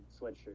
sweatshirt